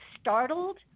startled